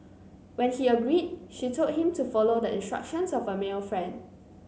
when he agreed she told him to follow the instructions of a male friend